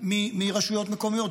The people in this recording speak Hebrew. מרשויות מקומיות,